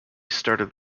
started